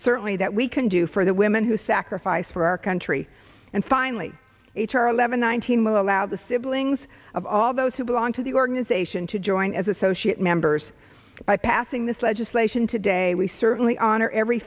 certainly that we can do for the women who sacrifice for our country and finally h r eleven one thousand will allow the siblings of all those who belong to the organization to join as associate members by passing this legislation today we certainly honor every